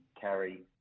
carry